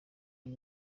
nti